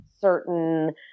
certain